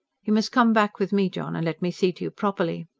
you must come back with me, john, and let me see to you properly.